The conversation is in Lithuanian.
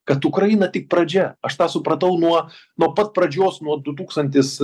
kad ukraina tik pradžia aš tą supratau nuo nuo pat pradžios nuo du tūkstantis